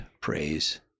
praise